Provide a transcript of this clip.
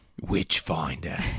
Witchfinder